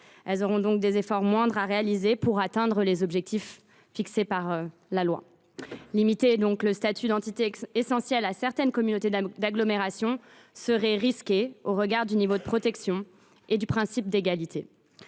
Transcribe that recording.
Elles auront donc des efforts moindres à réaliser pour atteindre les objectifs fixés par la loi. Limiter le statut d’entité essentielle à certaines communautés d’agglomération serait risqué au regard du niveau de protection et du principe d’égalité.